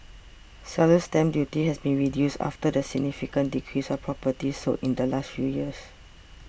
seller's stamp duty has been reduced after the significant decrease of properties sold in the last few years